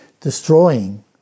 destroying